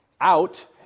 out